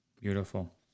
Beautiful